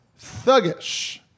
Thuggish